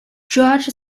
george